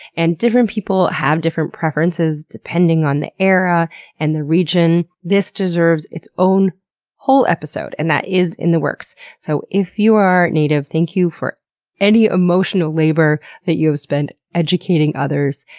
and different people have different preferences depending on the era and the region. this deserves its own whole episode and that is in the works. so, if you are native, thank you for any emotional labor that you have spent educating others.